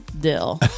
dill